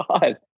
God